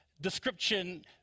description